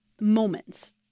moments